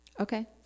Okay